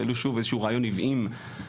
העלו שוב איזה שהוא רעיון עוועים בעיני,